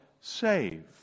save